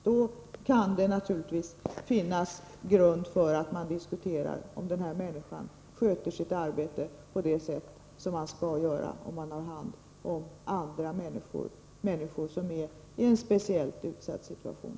Då kan det naturligtvis finnas grund för att man diskuterar om den här människan sköter sitt arbete på det sätt som man skall göra om man har hand om andra människor, människor som är i en speciellt utsatt situation.